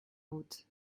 route